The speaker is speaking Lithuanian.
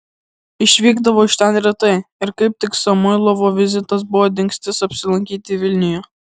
išvykdavo iš ten retai ir kaip tik samoilovo vizitas buvo dingstis apsilankyti vilniuje